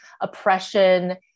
oppression